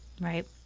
Right